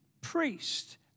priest